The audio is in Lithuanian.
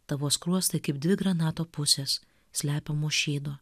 tavo skruostai kaip dvi granato pusės slepiamos šydo